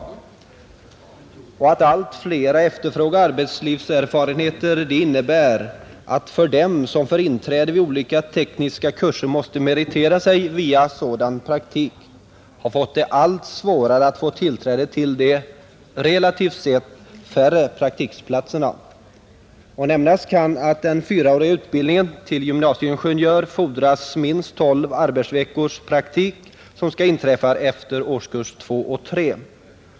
Det förhållandet att allt flera efterfrågar arbetslivserfarenhet innebär att de som för inträde vid olika tekniska kurser måste meritera sig via en sådan praktik har fått det allt svårare att få tillträde till de — relativt sett — färre praktikplatserna. Nämnas kan att för den fyraåriga utbildningen till gymnasieingenjör fordras minst tolv arbetsveckors praktik, som skall inträffa efter årskurserna två och tre.